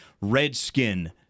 redskin